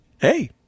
Hey